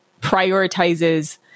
prioritizes